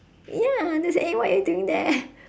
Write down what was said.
ya that's eh what are you doing there